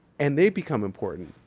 and they become important.